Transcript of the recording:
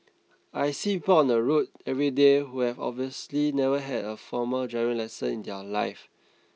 I see people on the road everyday who have obviously never had a formal driving lesson in their life